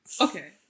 Okay